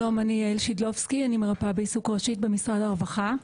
אני ממשרד הרווחה.